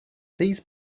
these